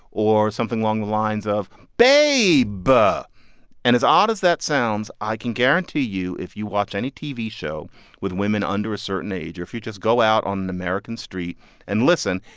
or something along the lines of babe-uh but and as odd as that sounds, i can guarantee you if you watch any tv show with women under a certain age or if you just go out on an american street and listen,